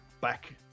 back